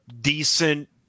decent